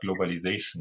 globalization